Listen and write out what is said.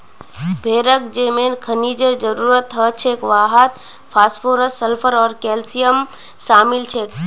भेड़क जे मेन खनिजेर जरूरत हछेक वहात फास्फोरस सल्फर आर कैल्शियम शामिल छेक